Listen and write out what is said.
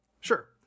Sure